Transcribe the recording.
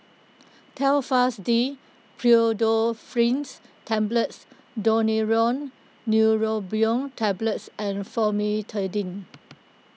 Telfast D Pseudoephrine Tablets Daneuron Neurobion Tablets and Famotidine